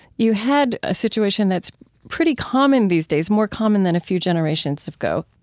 you had a situation that's pretty common these days. more common than a few generations ago.